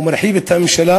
הוא מרחיב את הממשלה